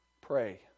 pray